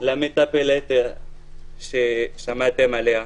אצל המטפלת ששמעתם עליה.